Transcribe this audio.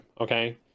okay